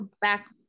back